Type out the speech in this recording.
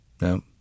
No